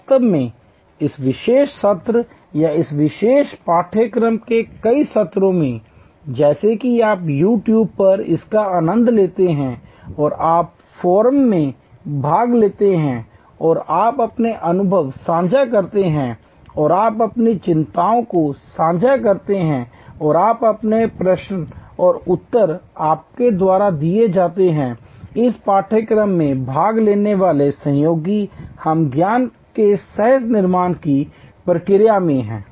वास्तव में इस विशेष सत्र या इस विशेष पाठ्यक्रम के कई सत्रों में जैसा कि आप YouTube पर इसका आनंद लेते हैं और आप फोरम में भाग लेते हैं और आप अपने अनुभव साझा करते हैं और आप अपनी चिंताओं को साझा करते हैं और आप अपने प्रश्न और उत्तर आपके द्वारा दिए जाते हैं इस पाठ्यक्रम में भाग लेने वाले सहयोगी हम ज्ञान के सह निर्माण की प्रक्रिया में हैं